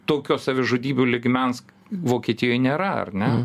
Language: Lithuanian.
tokio savižudybių lygmens vokietijoj nėra ar ne